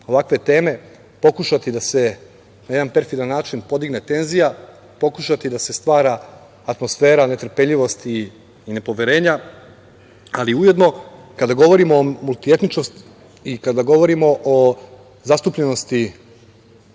ovakve teme, pokušati da se na jedan perfidan način podigne tenzija, pokušati da se stvara atmosfera netrpeljivosti i nepoverenja. Kada govorimo o multietničnosti i kada govorimo o zastupljenosti